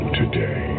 today